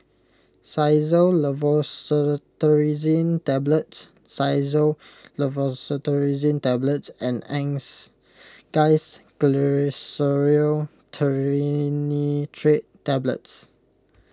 Xyzal Levocetirizine Tablets Xyzal Levocetirizine Tablets and Angised Glyceryl Trinitrate Tablets